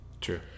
True